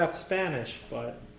but spanish, but